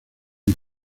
muy